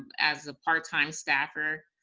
as a part-time staffer,